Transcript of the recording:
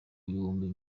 ibihumbi